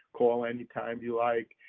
call anytime you like.